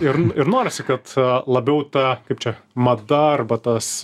ir ir norisi kad labiau ta kaip čia mada arba tas